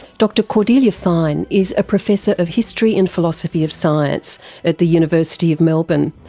dr cordelia fine is a professor of history and philosophy of science at the university of melbourne,